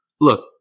look